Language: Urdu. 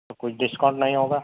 کچھ ڈسکاؤنٹ نہیں ہوگا